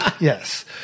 yes